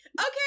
okay